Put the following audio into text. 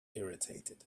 irritated